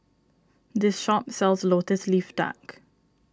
this shop sells Lotus Leaf Duck